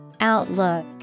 Outlook